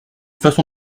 façon